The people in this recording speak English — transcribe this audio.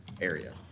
area